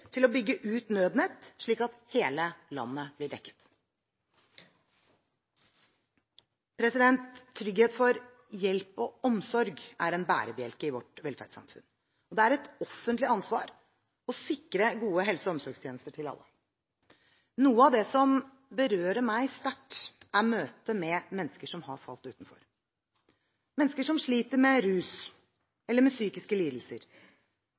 til å bygge ut Nødnett slik at hele landet blir dekket. Trygghet for hjelp og omsorg er en bærebjelke i vårt velferdssamfunn. Det er et offentlig ansvar å sikre gode helse- og omsorgstjenester til alle. Noe av det som berører meg sterkt, er møte med mennesker som har falt utenfor, mennesker som sliter med rus eller med psykiske lidelser.